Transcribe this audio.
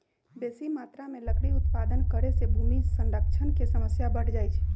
बेशी मत्रा में लकड़ी उत्पादन करे से भूमि क्षरण के समस्या बढ़ जाइ छइ